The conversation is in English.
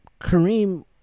Kareem